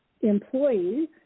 employees